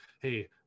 hey